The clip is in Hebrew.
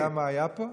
אתה יודע מה היה פה?